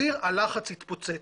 סיר הלחץ התפוצץ.